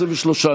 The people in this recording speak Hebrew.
23,